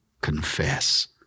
confess